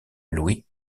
louis